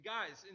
Guys